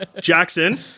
Jackson